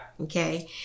okay